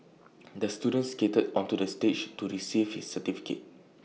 the student skated onto the stage to receive his certificate